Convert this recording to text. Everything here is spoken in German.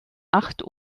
acht